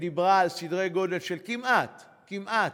ודיברה על סדר גודל של כמעט, כמעט,